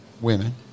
women